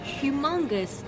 humongous